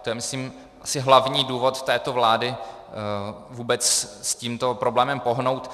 To je myslím asi hlavní důvod této vlády vůbec s tímto problémem pohnout.